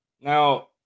Now